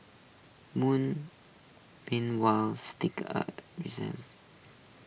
moon meanwhile steak A reasons